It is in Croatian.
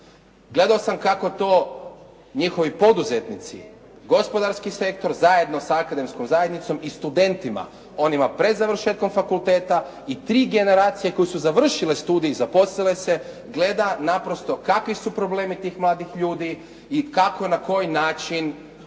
Gledao sam kako to njihovi poduzetnici, gospodarski sektor zajedno sa akademskom zajednicom i studentima, onima pred završetkom fakulteta i tri generacije koje su završile studij i zaposlile se gleda naprosto kakvi su problemi tih mladih ljudi i kako, na koji način se